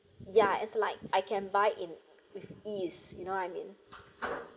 ya as like I can buy in with ease you know I mean